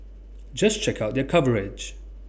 just check out their coverage